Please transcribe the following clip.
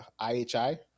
IHI